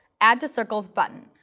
add to circles button.